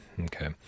Okay